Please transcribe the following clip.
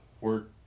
work